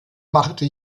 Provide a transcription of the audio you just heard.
machte